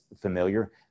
familiar